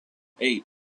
eight